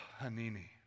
Hanini